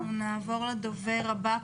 נעבור לדובר הבא,